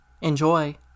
Enjoy